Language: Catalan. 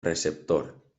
receptor